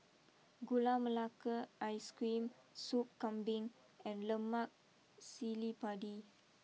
Gula Melaka Ice cream Soup Kambing and Lemak Cili Padi